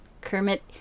Kermit